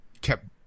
kept